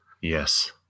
Yes